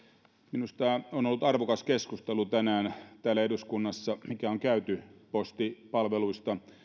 minusta on ollut arvokas tämä keskustelu tänään täällä eduskunnassa mikä on käyty postipalveluista